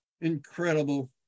incredible